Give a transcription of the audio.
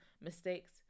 mistakes